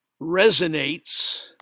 resonates